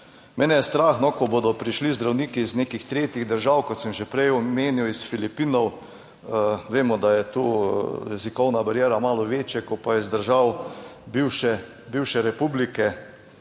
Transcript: Mene je strah, ko bodo prišli zdravniki iz nekih tretjih držav, kot sem že prej omenil, iz Filipinov, vemo, da je tu jezikovna bariera malo večja, kot pa je iz držav bivše republike,